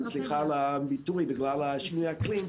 סליחה על הביטוי בגלל שינוי האקלים.